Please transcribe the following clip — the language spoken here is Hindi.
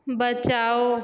बचाओ